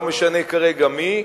לא משנה כרגע מיהי,